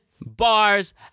Bars